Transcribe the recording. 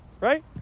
Right